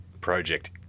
project